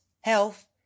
health